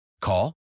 Call